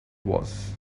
was